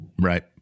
Right